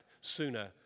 sooner